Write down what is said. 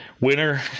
Winner